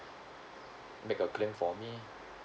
make a claim for me